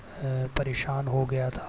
परेशान हो गया था